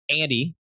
Andy